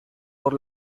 por